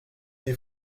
des